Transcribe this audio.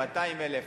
200,000,